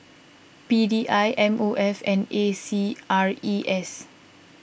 P D I M O F and A C R E S